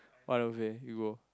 what buffet you go